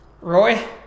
roy